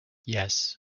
yes